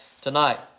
tonight